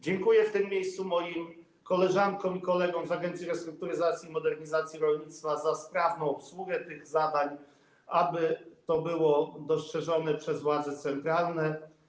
Dziękuję w tym miejscu moim koleżankom i kolegom z Agencji Restrukturyzacji i Modernizacji Rolnictwa za sprawną obsługę tych zadań, po to, aby to było dostrzeżone przez władze centralne.